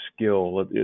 skill